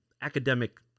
academic